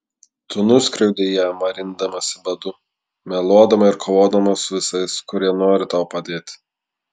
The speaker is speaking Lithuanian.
tu nuskriaudei ją marindamasi badu meluodama ir kovodama su visais kurie nori tau padėti